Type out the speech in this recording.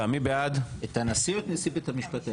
את הנשיא או את נשיא בית המשפט העליון?